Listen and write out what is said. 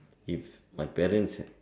if my parents right